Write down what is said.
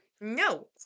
No